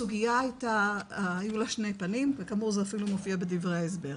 הסוגיה היו לה שני פנים וכאמור זה מופיע גם בדברי ההסבר.